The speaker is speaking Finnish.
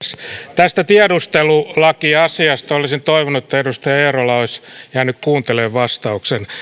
tästä tiedustelulakiasiasta olisin toivonut että edustaja eerola olisi jäänyt kuuntelemaan vastauksen